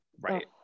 Right